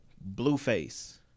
Blueface